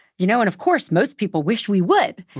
you know, and of course most people wished we would.